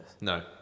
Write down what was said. No